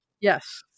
yes